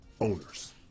owners